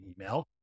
email